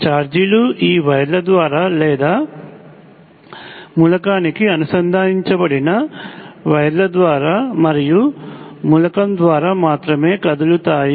ఛార్జీలు ఈ వైర్ల ద్వారా లేదా మూలకానికి అనుసంధానించబడిన వైర్ల ద్వారా మరియు మూలకం ద్వారా మాత్రమే కదులుతాయి